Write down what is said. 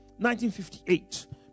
1958